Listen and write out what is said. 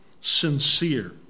sincere